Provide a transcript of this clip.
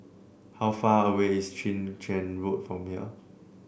how far away is Chwee Chian Road from here